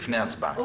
לפני ההצבעה.